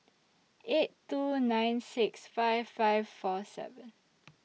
eight two nine six five five four seven